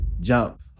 jump